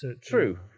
True